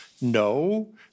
No